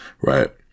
Right